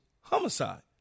homicide